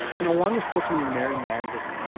you know one was supposed to be mary magdalene, you know